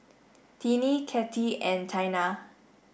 Tinnie Katie and Taina